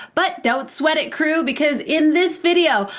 but don't sweat it crew, because in this video,